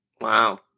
wow